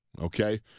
okay